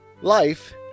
Life